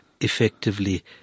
effectively